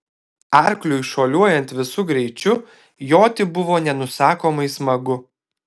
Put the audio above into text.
arkliui šuoliuojant visu greičiu joti buvo nenusakomai smagu